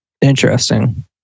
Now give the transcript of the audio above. Interesting